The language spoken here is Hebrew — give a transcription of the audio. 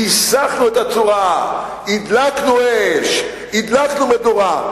כיסחנו את הצורה, הדלקנו אש, הדלקנו מדורה.